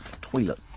Toilet